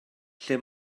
lle